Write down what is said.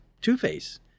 Two-Face